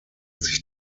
sich